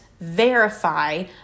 verify